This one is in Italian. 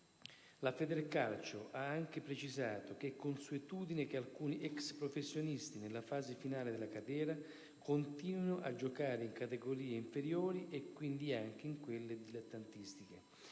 La Federcalcio ha anche precisato che è consuetudine che alcuni ex professionisti, nella fase finale della carriera, continuino a giocare in categorie inferiori e quindi anche in quelle dilettantistiche.